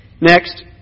Next